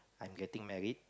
I'm getting married